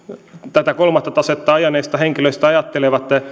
tätä kolmatta tasetta ajaneista henkilöistä ajattelevat